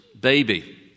baby